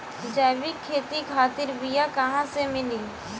जैविक खेती खातिर बीया कहाँसे मिली?